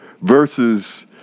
versus